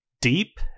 deep